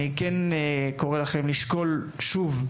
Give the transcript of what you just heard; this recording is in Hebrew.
אני קורא לכם לשקול שוב,